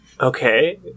Okay